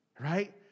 right